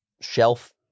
shelf